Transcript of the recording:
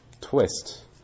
twist